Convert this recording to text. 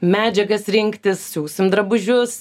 medžiagas rinktis siūsim drabužius